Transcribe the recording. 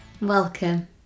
welcome